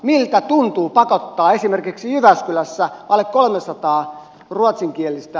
miltä tuntuu pakottaa esimerkiksi jyväskylässä alle kolmesataa ruotsinkielistä